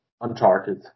Uncharted